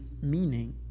meaning